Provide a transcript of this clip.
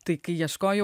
tai kai ieškojau